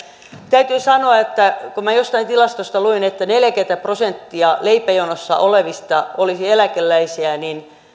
täytyy sanoa että kun minä jostain tilastosta luin että neljäkymmentä prosenttia leipäjonoissa olevista olisi eläkeläisiä niin